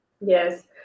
Yes